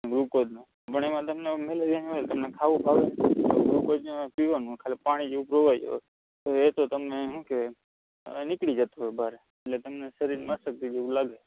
ગ્લુકોઝનો પણ એમાં તમને આમ મૅલેરિયાની હોય તમને ખાવું ભાવે નહીં ગ્લુકોઝને એ પીવાનું ખાલી પાણી જેવું પ્રવાહી હોય તો એ તો તમને હું કહે નીકળી જતું હોય બહારે એટલે તમને શરીરમાં અશક્તિ જેવું લાગે